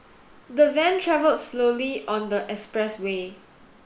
the van travelled slowly on the expressway